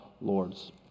lords